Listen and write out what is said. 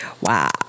Wow